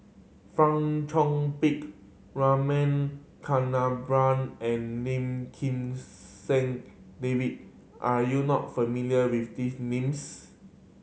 Fong Chong Pik Rama Kannabiran and Lim Kim San David are you not familiar with these names